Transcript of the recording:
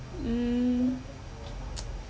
mm